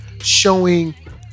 showing